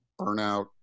burnout